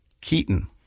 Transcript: Keaton